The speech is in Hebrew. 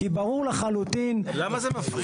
כי ברור לחלוטין --- למה זה מפריע?